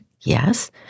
yes